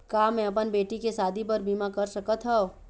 का मैं अपन बेटी के शादी बर बीमा कर सकत हव?